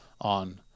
on